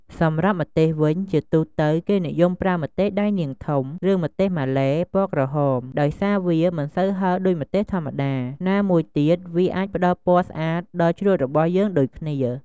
សម្រាប់ម្ទេសវិញ ជាទូទៅ គេនិយមប្រើ ម្ទេសដៃនាងធំ ឬម្ទេសម៉ាឡេ ពណ៌ក្រហម ដោយសារវាមិនសូវហឹរដូចម្ទេសធម្មតា ណាមួយទៀតវាអាចផ្ដល់ពណ៌ស្អាតដល់ជ្រក់របស់យើងដូចគ្នា។